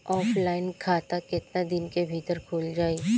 Offline खाता केतना दिन के भीतर खुल जाई?